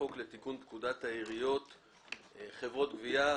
חוק לתיקון פקודת העיריות (מס' 138) (חברות גבייה),